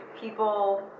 people